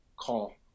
call